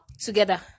together